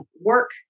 work